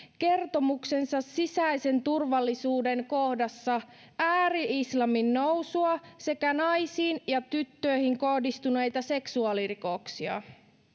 kertomuksensa sisäisen turvallisuuden kohdassa ääri islamin nousua sekä naisiin ja tyttöihin kohdistuneita seksuaalirikoksia